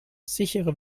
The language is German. sichere